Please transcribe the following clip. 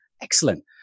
excellent